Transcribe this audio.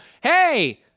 Hey